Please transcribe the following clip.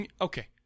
okay